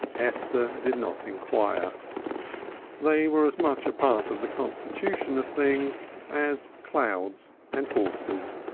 esther did not inquire they were as much a part of the constitution of things as clouds and horses.